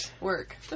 work